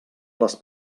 les